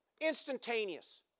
Instantaneous